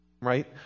Right